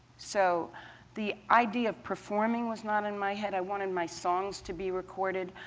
so the idea of performing was not in my head i wanted my songs to be recorded.